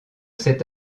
cet